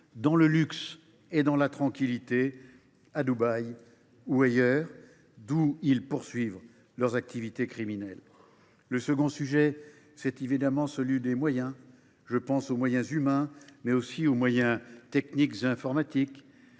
dans le luxe et la tranquillité à Dubaï ou ailleurs, d’où ils poursuivent leurs activités criminelles. Le second sujet, ce sont évidemment les moyens. Je pense aux moyens humains, mais aussi aux moyens techniques et informatiques.